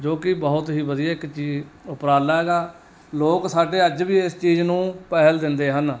ਜੋ ਕਿ ਬਹੁਤ ਹੀ ਵਧੀਆ ਇੱਕ ਚੀਜ਼ ਉਪਰਾਲਾ ਹੈਗਾ ਲੋਕ ਸਾਡੇ ਅੱਜ ਵੀ ਇਸ ਚੀਜ਼ ਨੂੰ ਪਹਿਲ ਦਿੰਦੇ ਹਨ